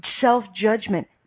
self-judgment